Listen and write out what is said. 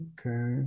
Okay